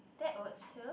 that works too